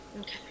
Okay